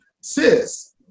Sis